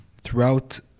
throughout